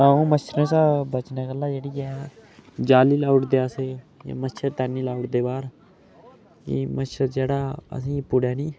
अ'ऊं मच्छर शा बचने कोला जेह्ड़ी ऐ जाली लाई ओड़दे अस जां मच्छरदानी लाई ओड़दे बाह्र कि मच्छर जेह्ड़ा असेंई पुड़ै नि